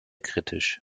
kritisch